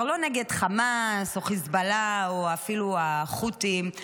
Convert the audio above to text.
לא נגד חמאס או חיזבאללה או אפילו החות'ים.